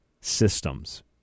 systems